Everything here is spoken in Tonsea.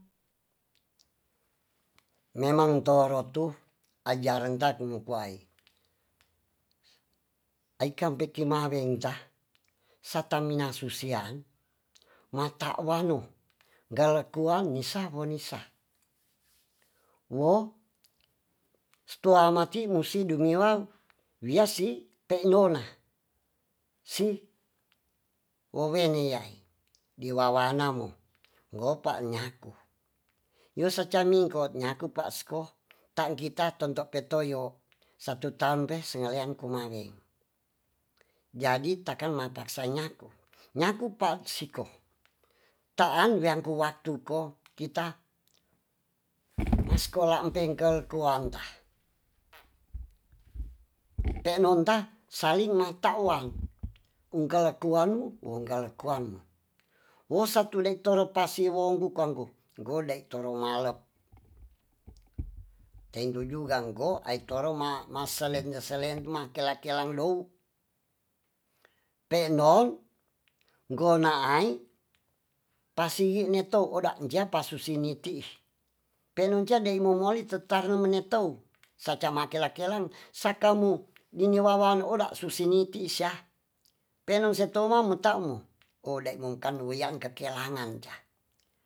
Memang toro tu ajaran ta kumu kuai ai kam beki ma weng ta satan mina susian mata wanu gelekuang nisa bo nisa wo stua mati wusi dumiwang wiasi penyona si wowene yai diwawana mo ngopa nyaku nyusa ca mingkot nyaku pas ko ta ngita tonto petoyo satu tampe senyaleanku kumaweng jadi takan mapaksa nyaku nyaku pa siko taang weangku waktu ko kita ba skola empengkel tuang ta penon ta saling neta wang ung kelekuang- ung kelekuang wo satu leng toro pasiwong wu kongku gode toro malep tenju jugang ko ai toro ma maselenye selen ma kela kelang dou peendon gonaai pasi i ngetou oda nja pasusini ti penon cia dei momoli tetarem menetou sacama kelar kelan saka mou dini wawan oda susaniti sya penon setowo metamu odai mo kan wian kakelangan ca